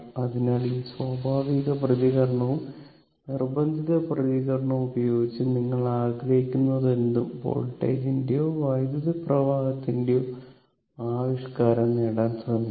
അതിനാൽ ഈ സ്വാഭാവിക പ്രതികരണവും നിർബന്ധിത പ്രതികരണവും ഉപയോഗിച്ച് നിങ്ങൾ ആഗ്രഹിക്കുന്നതെന്തും വോൾട്ടേജിന്റെയോ വൈദ്യുതപ്രവാഹത്തിന്റെയോ ആവിഷ്കാരം നേടാൻ ശ്രമിക്കും